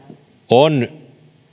on